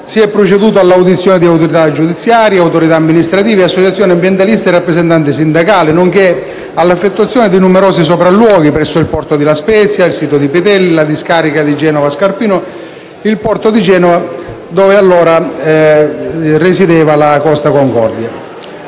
Si è preceduto all'audizione di autorità giudiziarie, autorità amministrative, associazioni ambientaliste e rappresentanti sindacali, nonché all'effettuazione di numerosi sopralluoghi presso il porto di La Spezia, il sito di Pitelli, la discarica di Genova-Scarpino, il porto di Genova dove allora si trovava